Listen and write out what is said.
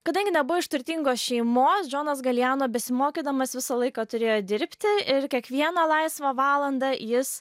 kadangi nebuvo iš turtingos šeimos džonas galijano besimokydamas visą laiką turėjo dirbti ir kiekvieną laisvą valandą jis